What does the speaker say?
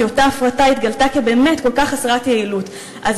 כי אותה הפרטה התגלתה באמת כחסרת יעילות כל כך.